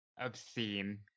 obscene